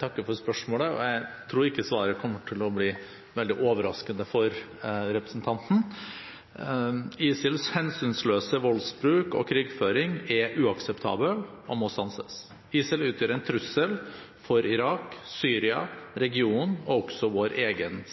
takker for spørsmålet, og jeg tror ikke svaret kommer til å bli veldig overraskende for representanten Knutsen. ISILs hensynsløse voldsbruk og krigføring er uakseptabel og må stanses. ISIL utgjør en trussel for Irak, Syria, regionen og også vår egen